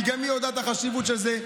כי גם היא יודעת את החשיבות של זה,